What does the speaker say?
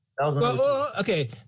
Okay